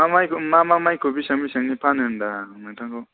मा माइखौ मा मा माइखौ बेसेबां बेसेबांनि फानो होनदां नोंथांखौ